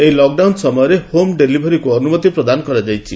ଏହି ଲକ୍ଡାଉନ୍ ସମୟରେ ହୋମ୍ ଡେଲିଭରିକୁ ଅନୁମତି ପ୍ରଦାନ କରାଯାଇଛି